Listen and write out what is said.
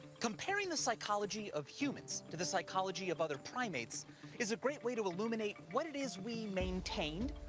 comparing the psychology of humans to the psychology of other primates is a great way to illuminate what it is we maintained,